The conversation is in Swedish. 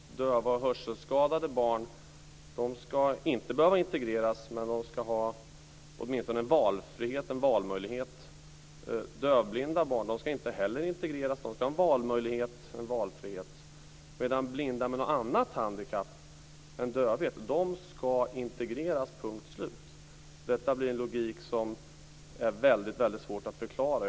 Döva och hörselskadade barn ska inte behöva integreras, men de ska åtminstone ha en valmöjlighet. Dövblinda barn ska inte heller integreras. De ska ha en valfrihet. Men blinda med något annat handikapp än dövhet ska integreras. Punkt, slut. Detta blir en logik som är väldigt svår att förklara.